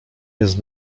jest